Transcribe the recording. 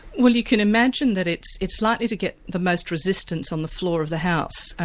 well you can imagine that it's it's likely to get the most resistance on the floor of the house.